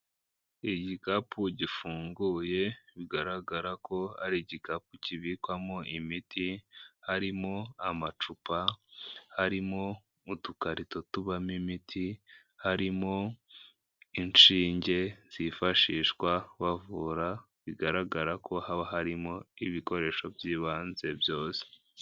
Igikapu gifunguye, bigaragara ko ari igikapu kibikwamo imiti, harimo amacupa, harimo udukarito tubamo imiti, harimo inshinge zifashishwa bavura, bigaragara ko haba harimo ibikoresho by'ibanze byose.